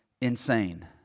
insane